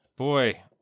Boy